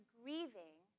grieving